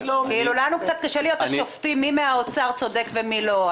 כאילו לנו קצת קשה להיות השופטים מי מהאוצר צודק ומי לא.